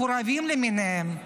מקורבים למיניהם,